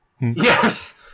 Yes